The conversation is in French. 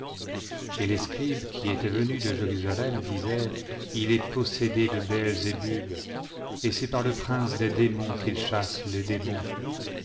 et les scribes qui étaient venus de jérusalem disaient il est possédé de béelzébub et c'est par le prince des démons qu'il chasse les démons